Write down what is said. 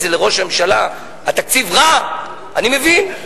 זה לראש הממשלה: התקציב רע אני מבין.